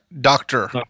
doctor